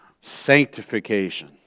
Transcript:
sanctification